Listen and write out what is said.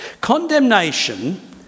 Condemnation